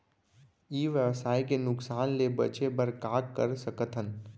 ई व्यवसाय के नुक़सान ले बचे बर का कर सकथन?